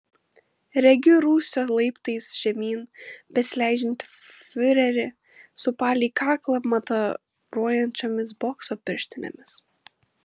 regiu rūsio laiptais žemyn besileidžiantį fiurerį su palei kaklą mataruojančiomis bokso pirštinėmis